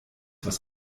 was